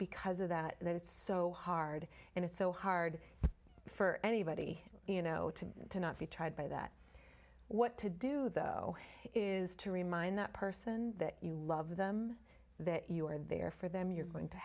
because of that it's so hard and it's so hard for anybody you know to to not be tried by that what to do though is to remind that person that you love them that you're there for them you're going to